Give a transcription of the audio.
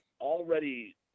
already